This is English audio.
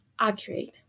accurate